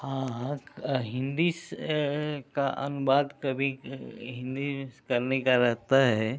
हाँ क हिंदी स का अनुवाद कवि हिंदी करने का रहता है